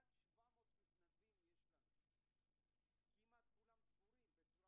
התשע"ח-2018 המתנדבים של חיים ילין, הצעת